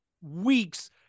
weeks